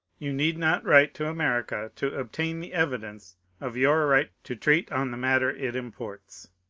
you need not write to america, to obtain the evidence of your right to treat on the matter it imports.